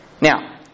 Now